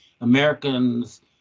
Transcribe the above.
Americans